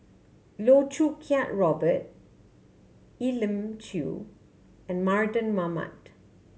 Loh Choo Kiat Robert Elim Chew and Mardan Mamat